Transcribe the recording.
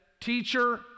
Teacher